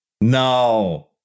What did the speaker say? No